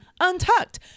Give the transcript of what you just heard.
untucked